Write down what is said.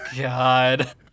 god